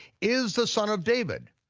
is the son of david,